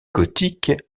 gothique